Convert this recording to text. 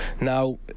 Now